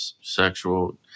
sexual